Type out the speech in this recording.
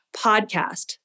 podcast